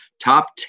top